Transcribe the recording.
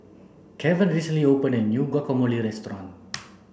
Kevan recently opened a new Guacamole restaurant